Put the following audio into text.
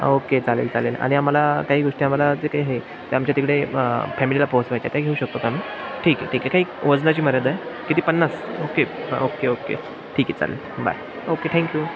okay चालेल चालेल आणि आम्हाला काही गोष्टी आम्हाला ते काही हे ते आमच्या तिकडे फॅमिलीला पोचवायचे आहे घेऊ शकत का मी ठीक आहे ठीक आहे काही वजनाची मर्यादा आहे किती पन्नास ओके ह ओके ओके ठीक आहे चालेल बाय ओके थँक्यू